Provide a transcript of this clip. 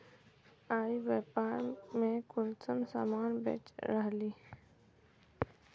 ई व्यापार में कुंसम सामान बेच रहली?